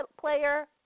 player